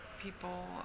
people